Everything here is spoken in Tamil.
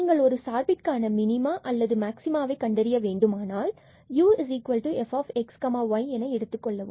நீங்கள் ஒரு சார்பிற்கான மினிமா அல்லது மாக்ஸிமாவை கண்டறிய வேண்டுமானால் ufxy என எடுத்துக் கொள்ளவும்